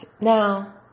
Now